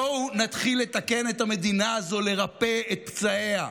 בואו נתחיל לתקן את המדינה הזו, לרפא את פצעיה.